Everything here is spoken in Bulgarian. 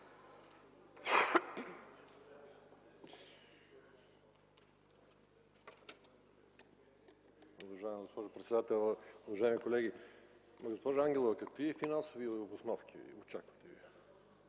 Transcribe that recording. Уважаема госпожо председател, уважаеми колеги. Госпожо Ангелова, какви финансови обосновки очаквате?